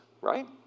right